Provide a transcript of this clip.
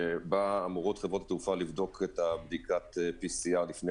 שבה אמורות חברות התעופה לבדוק את בדיקת ה-PCR לפני